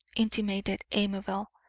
intimated amabel,